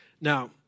Now